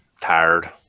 tired